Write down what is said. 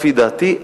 לפי דעתי,